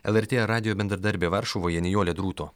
lrt radijo bendradarbė varšuvoje nijolė drūto